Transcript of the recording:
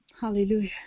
Hallelujah